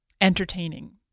entertaining